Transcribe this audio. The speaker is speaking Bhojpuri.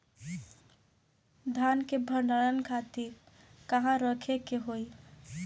धान के भंडारन खातिर कहाँरखे के होई?